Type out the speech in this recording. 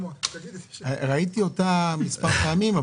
ראיתי אותה מספר פעמים,